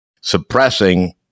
suppressing